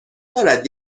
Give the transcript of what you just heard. دارد